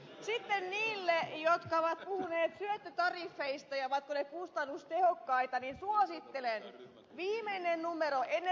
sitten niille jotka ovat puhuneet syöttötariffeista ja siitä ovatko ne kustannustehokkaita suosittelen energiauutisten viimeistä numeroa